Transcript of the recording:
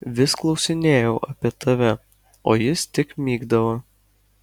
vis klausinėjau apie tave o jis tik mykdavo